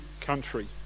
country